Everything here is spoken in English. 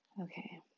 Okay